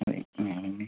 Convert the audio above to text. അതെ ആണല്ലേ